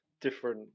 different